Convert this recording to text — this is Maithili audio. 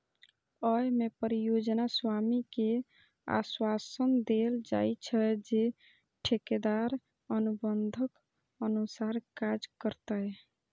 अय मे परियोजना स्वामी कें आश्वासन देल जाइ छै, जे ठेकेदार अनुबंधक अनुसार काज करतै